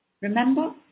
Remember